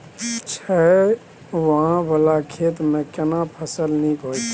छै ॉंव वाला खेत में केना फसल नीक होयत?